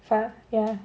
fa~ ya